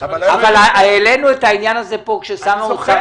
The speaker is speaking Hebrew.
אבל העלינו את העניין הזה פה כששר האוצר